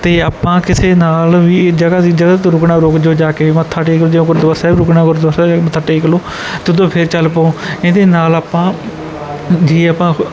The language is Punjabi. ਅਤੇ ਆਪਾਂ ਕਿਸੇ ਨਾਲ ਵੀ ਜਗ੍ਹਾ ਦੀ ਜਗ੍ਹਾ 'ਤੇ ਰੁਕਣਾ ਰੁਕ ਜੋ ਜਾ ਕੇ ਮੱਥਾ ਟੇਕ ਲਉ ਜੇ ਉਹ ਗੁਰਦੁਆਰਾ ਸਾਹਿਬ ਰੁਕਣਾ ਗੁਰਦੁਆਰਾ ਸਾਹਿਬ ਜਾ ਕੇ ਮੱਥਾ ਟੇਕ ਲਓ ਅਤੇ ਉੱਧਰੋਂ ਫਿਰ ਚੱਲ ਪਓ ਇਹਦੇ ਨਾਲ ਆਪਾਂ ਜੇ ਆਪਾਂ